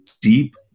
deep